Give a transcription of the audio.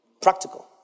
Practical